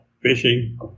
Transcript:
fishing